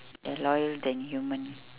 they're loyal than human